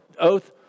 oath